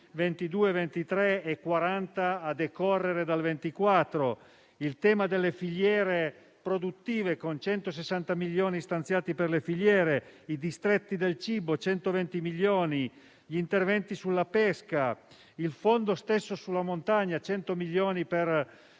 2022-2023 e 40 a decorrere dal 2024; il tema delle filiere produttive, con 160 milioni stanziati per le filiere; i distretti del cibo (120 milioni); interventi sulla pesca; il fondo stesso sulla montagna: 100 milioni per